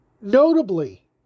notably